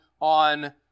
on